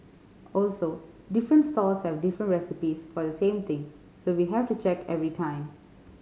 also different stalls have different recipes for the same thing so we have to check every time